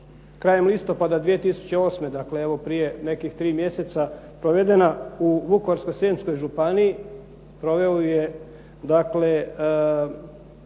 krajem listopada 2008., dakle evo prije nekih 3 mjeseca provedena u Vukovarsko-srijemskoj županiji, proveo ju je dakle